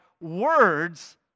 words